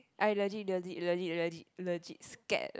I legit legit legit legit legit scared like